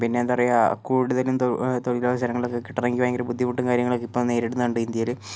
പിന്നെയെന്താ പറയുക കൂടുതലും തൊഴിലവസരങ്ങളൊക്കെ കിട്ടണമെങ്കിൽ ബുദ്ധിമുട്ടും കാര്യങ്ങളൊക്കെ ഇപ്പോൾ നേരിടുന്നുണ്ട് ഇന്ത്യയിൽ